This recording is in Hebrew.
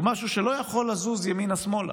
הוא משהו שלא יכול לזוז ימינה-שמאלה,